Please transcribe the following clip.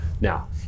Now